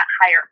higher